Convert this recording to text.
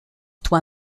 toi